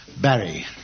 Barry